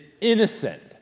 innocent